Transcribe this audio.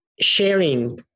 sharing